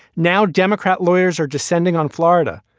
now, democrat lawyers are descending on florida.